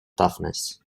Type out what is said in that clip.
toughness